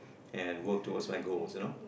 and work towards my goal you know